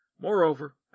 Moreover